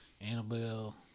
Annabelle